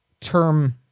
term